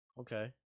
Okay